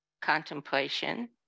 contemplation